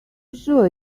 sure